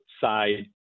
side